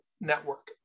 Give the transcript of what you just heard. network